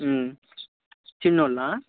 చిన్నోళ్ళా